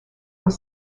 were